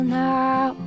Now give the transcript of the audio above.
now